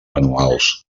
anuals